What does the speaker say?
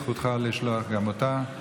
זכותך לשלוח גם אותה.